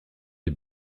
des